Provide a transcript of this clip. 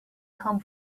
come